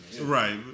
Right